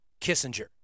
Kissinger